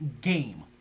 game